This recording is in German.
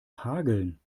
hageln